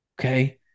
Okay